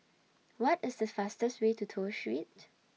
What IS The fastest Way to Toh Street